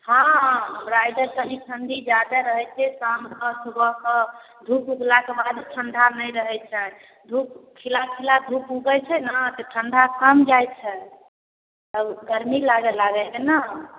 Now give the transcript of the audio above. हँ हमरा इधर कनि ठण्डी ज्यादे रहे छै शामके सुबहके धूप उगलाके बाद ठण्डा नहि रहै छै धूप खिला खिला धूप उगै छै ने तऽ ठण्डा कम जाइ छै तब गरमी लागे लगै छै ने